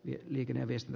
liikennöivistä